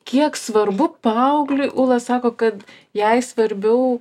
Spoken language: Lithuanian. kiek svarbu paaugliui ūla sako kad jai svarbiau